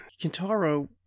Kintaro